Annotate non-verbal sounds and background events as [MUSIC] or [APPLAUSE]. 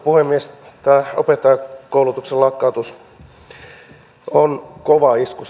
puhemies tämä opettajankoulutuksen lakkautus on kova isku [UNINTELLIGIBLE]